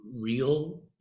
real